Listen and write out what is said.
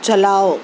چلاؤ